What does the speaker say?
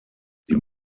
die